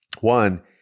One